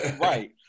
right